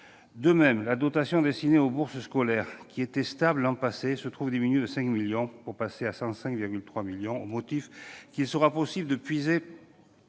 De même, la dotation destinée aux bourses scolaires, qui était stable l'an passé, se trouve diminuée de 5 millions d'euros, à 105,3 millions d'euros, au motif qu'il sera possible de puiser